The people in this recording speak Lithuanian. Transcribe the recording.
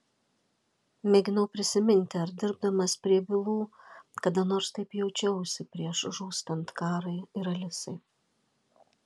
mėginau prisiminti ar dirbdamas prie bylų kada nors taip jaučiausi prieš žūstant karai ir alisai